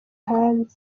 hanze